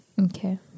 Okay